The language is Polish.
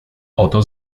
oto